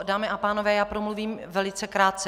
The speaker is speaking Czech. Dámy a pánové, promluvím velice krátce.